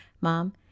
mom